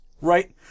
Right